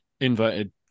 inverted